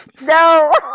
No